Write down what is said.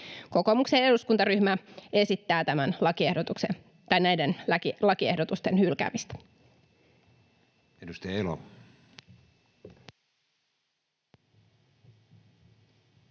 Kokoomuksen eduskuntaryhmä esittää näiden lakiehdotusten hylkäämistä.